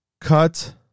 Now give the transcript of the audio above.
Cut